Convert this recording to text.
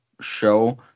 show